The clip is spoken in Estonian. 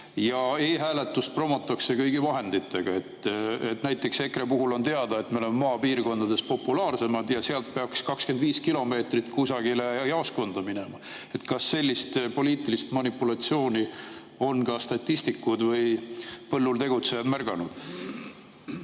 E‑hääletust promotakse kõigi vahenditega. Näiteks EKRE puhul on teada, et me oleme populaarsemad maapiirkondades ja seal peaks 25 kilomeetri kaugusele kusagile jaoskonda minema. Kas sellist poliitilist manipulatsiooni on ka statistikud või põllul tegutsejad märganud?